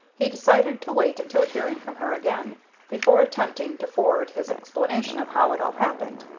he decided to wait until hearing from her again before attempting to forward his explanation of how it all happened.